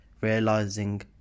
realizing